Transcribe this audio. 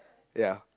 ya